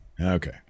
Okay